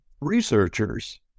researchers